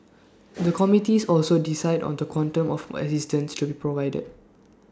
the committees also decide on the quantum of assistance to be provided